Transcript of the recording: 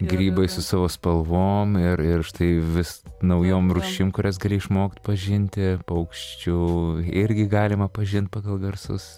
grybai su spalvom ir ir štai vis naujom rūšim kurias gali išmokt pažinti paukščių irgi galima pažint pagal garsus